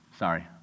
Sorry